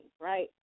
right